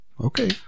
Okay